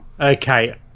Okay